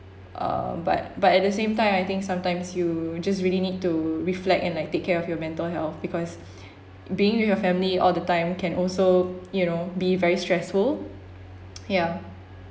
um but but at the same time I think sometimes you just really need to reflect and like take care of your mental health because being with your family all the time can also you know be very stressful ya